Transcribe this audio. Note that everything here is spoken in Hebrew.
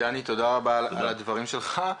דני תודה רבה על הדברים שלך.